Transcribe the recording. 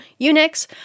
Unix